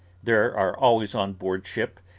there are always on board ship,